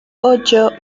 ocho